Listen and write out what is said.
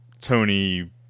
Tony